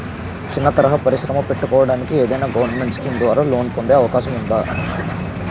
చిన్న తరహా పరిశ్రమ పెట్టుకోటానికి ఏదైనా గవర్నమెంట్ స్కీం ద్వారా లోన్ పొందే అవకాశం ఉందా?